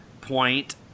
point